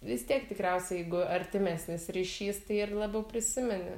vis tiek tikriausiai jeigu artimesnis ryšys tai ir labiau prisimeni